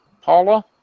Paula